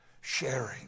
Sharing